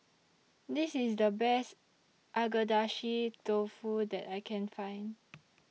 This IS The Best Agedashi Dofu that I Can Find